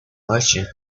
merchant